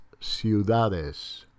Ciudades